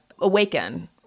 awaken